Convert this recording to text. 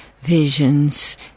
visions